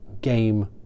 game